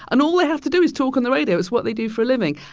and all they have to do is talk on the radio. it's what they do for a living.